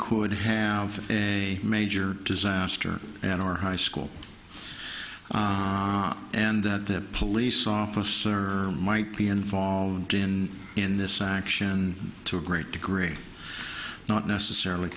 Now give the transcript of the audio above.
could have a major disaster in our high school and that that police officer might be involved in in this action to a great degree not necessarily